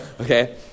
okay